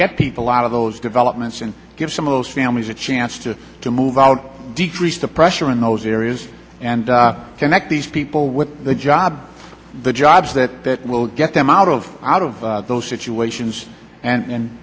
get people out of those developments and give some of those families a chance to to move out decrease the pressure in those areas and connect these people with the job the jobs that that will get them out of out of those situations and